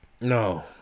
No